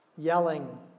Yelling